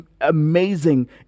amazing